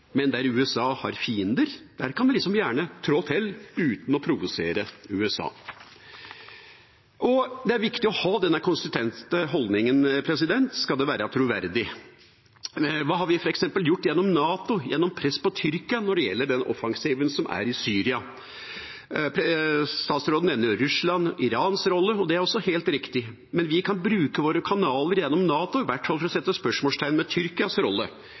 men der USA har fiender, kan vi gjerne trå til uten å provosere USA. Det er viktig å ha denne konsistente holdningen hvis det skal være troverdig. Hva har vi f.eks. gjort gjennom NATO, gjennom press på Tyrkia, når det gjelder den offensiven som er i Syria? Utenriksministeren nevner Russlands og Irans rolle, og det er også helt riktig, men vi kan bruke våre kanaler gjennom NATO til i hvert fall å sette spørsmålstegn ved Tyrkias rolle.